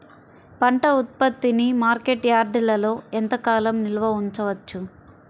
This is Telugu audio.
పంట ఉత్పత్తిని మార్కెట్ యార్డ్లలో ఎంతకాలం నిల్వ ఉంచవచ్చు?